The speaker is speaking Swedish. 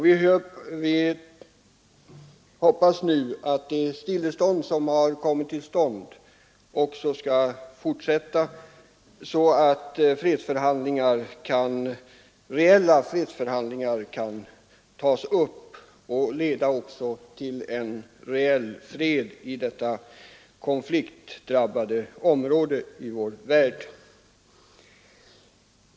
Vi hoppas nu att det stillestånd som kommit till stånd också skall fortsätta, så att reella fredsförhandlingar kan tas upp och leda till en reell fred i denna konfliktdrabbade del av vår värld.